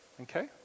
okay